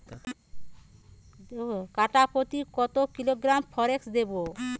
কাঠাপ্রতি কত কিলোগ্রাম ফরেক্স দেবো?